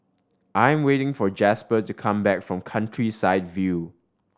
I'm waiting for Jasper to come back from Countryside View